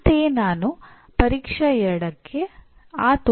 ಮತ್ತು ಇದು ಅಂದಾಜುವಿಕೆಗೆ ಮಾರ್ಗದರ್ಶಿಯಾಗಿ ಕಾರ್ಯನಿರ್ವಹಿಸುತ್ತದೆ